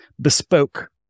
bespoke